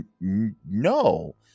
No